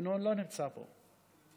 ינון לא נמצא פה.